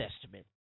Testament